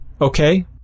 okay